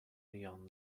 neon